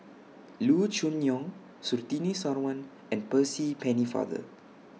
Loo Choon Yong Surtini Sarwan and Percy Pennefather